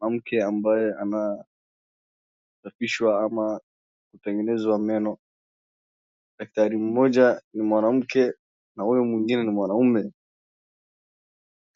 mwanamke ambaye anasafishwa au kutengenezwa meno, daktari mmoja ni mwanamke na huyo mwingine ni mwanaume.